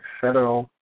federal